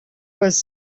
was